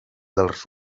dels